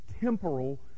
temporal